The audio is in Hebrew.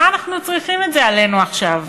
מה אנחנו צריכים את זה עלינו עכשיו?